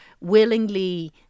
willingly